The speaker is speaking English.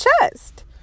chest